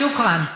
שוכרן.